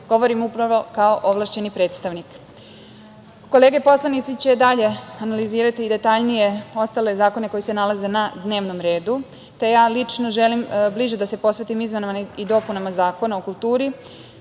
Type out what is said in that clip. govorim upravo kao ovlašćeni predstavnik. Kolege poslanici će dalje analizirati detaljnije ostale zakone koji se nalaze na dnevnom redu, te ja lično želim bliže da se posvetim izmenama i dopunama Zakona o kulturi,